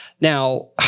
Now